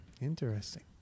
interesting